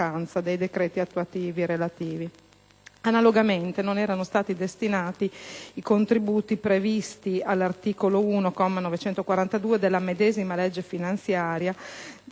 decreti attuativi. Analogamente non erano stati destinati i contributi previsti all'articolo 1, comma 942, della medesima legge finanziaria,